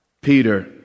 Peter